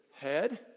Head